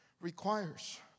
requires